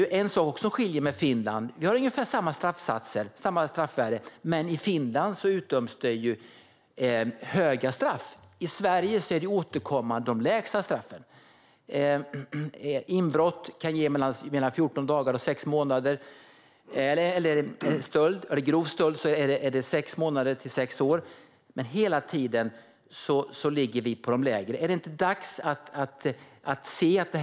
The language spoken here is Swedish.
Vi har ungefär samma straffsatser som Finland, men i Finland utdöms det höga straff. I Sverige är det återkommande de lägsta straffen som döms ut. Inbrott kan ge mellan 14 dagar och 6 månader. Är det grov stöld kan det ge mellan 6 månader och 6 år. Hela tiden ligger vi på de lägre straffsatserna.